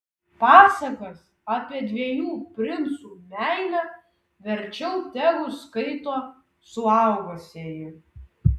pasakas apie dviejų princų meilę verčiau tegu skaito suaugusieji